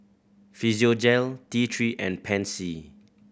Physiogel T Three and Pansy